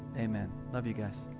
amen. love you guys.